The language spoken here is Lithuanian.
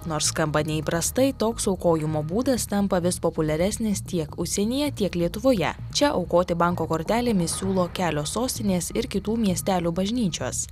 nors skamba neįprastai toks aukojimo būdas tampa vis populiaresnis tiek užsienyje tiek lietuvoje čia aukoti banko kortelėmis siūlo kelios sostinės ir kitų miestelio bažnyčios